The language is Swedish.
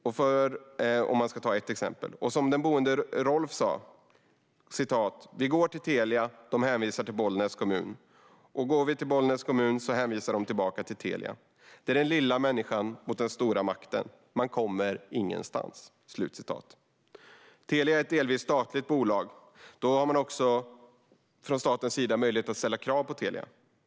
Eller som Rolf, en av de boende, säger: "Går vi till Telia hänvisar de till Bollnäs kommun. Och går vi till Bollnäs kommun hänvisar de tillbaka till Telia. Det är den lilla människan mot de stora makterna. Man kommer ingenstans." Telia är ett delvis statligt bolag. Då har man också från statens sida möjlighet att ställa krav på Telia.